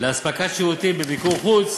לאספקת שירותים במיקור חוץ